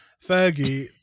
Fergie